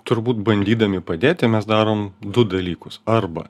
turbūt bandydami padėti mes darom du dalykus arba